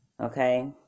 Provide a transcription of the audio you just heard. Okay